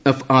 F R